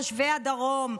תושבי הדרום,